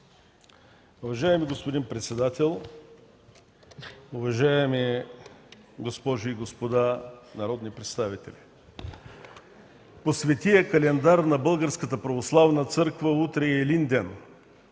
Уважаема госпожо председател, уважаеми госпожи и господа народни представители! По Светия календар на Българската православна църква утре е Илинден